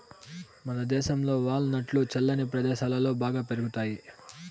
మనదేశంలో వాల్ నట్లు చల్లని ప్రదేశాలలో బాగా పెరుగుతాయి